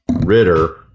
Ritter